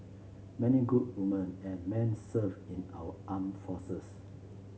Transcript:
many good women and men serve in our armed forces